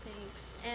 thanks